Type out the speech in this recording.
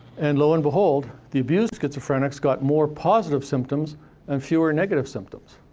and lo and behold, the abused schizophrenics got more positive symptoms and fewer negative symptoms.